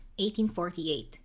1848